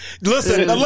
Listen